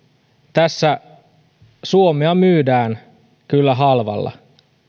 tässä suomea myydään kyllä halvalla